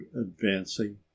advancing